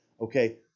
Okay